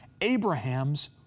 Abraham's